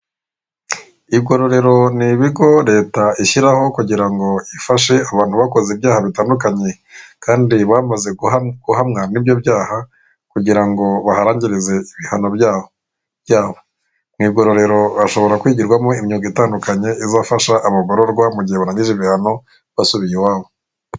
Igororero ni ibigo leta ishyiraho kugira ngo ifashe abantu bakoze ibyaha bitandukanye kandi bamaze guhamwa n'ibyo byaha kugira ngo baharangirize ibihano byabo byabo. Mu igororero hashobora kwigirwamo imyuga itandukanye izafasha abagororwa mu gihe barangije ibihano basubiye iwabo.